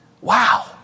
Wow